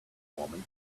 woman